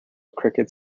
cricket